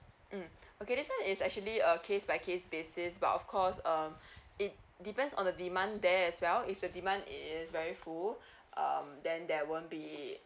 mm okay this one is actually uh case by case basis but of course um it depends on the demand there as well if the demand it is very full um then there won't be